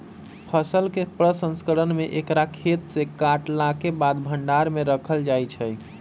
फसल के प्रसंस्करण में एकरा खेतसे काटलाके बाद भण्डार में राखल जाइ छइ